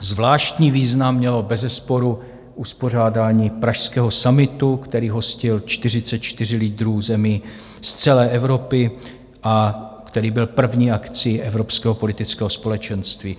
Zvláštní význam mělo bezesporu uspořádání pražského summitu, který hostil 44 lídrů zemí z celé Evropy a který byl první akcí evropského politického společenství.